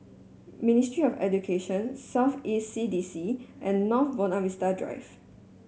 Ministry of Education South East C D C and North Buona Vista Drive